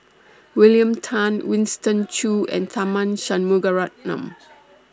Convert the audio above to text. William Tan Winston Choos and Tharman Shanmugaratnam